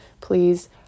Please